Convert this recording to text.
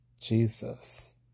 Jesus